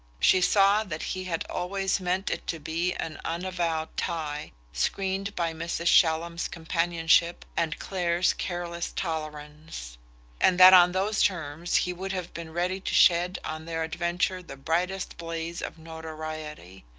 she saw that he had always meant it to be an unavowed tie, screened by mrs. shallum's companionship and clare's careless tolerance and that on those terms he would have been ready to shed on their adventure the brightest blaze of notoriety.